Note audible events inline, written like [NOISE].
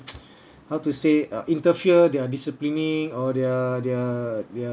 [NOISE] how to say uh interfere their disciplining or their their their